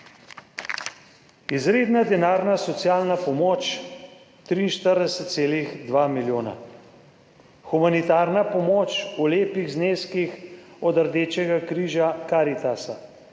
Izredna denarna socialna pomoč 43,2 milijona, humanitarna pomoč, v lepih zneskih od Rdečega križa, Karitasa,